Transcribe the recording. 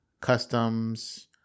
customs